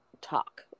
talk